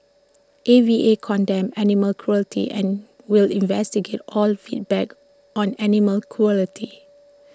A V A condemns animal cruelty and will investigate all feedback on animal cruelty